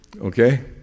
Okay